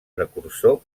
precursor